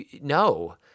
no